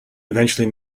eventually